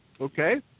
okay